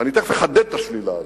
ותיכף אני אחדד את השלילה הזאת,